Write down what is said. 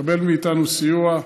יקבל מאיתנו סיוע.